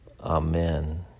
Amen